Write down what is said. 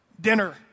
Dinner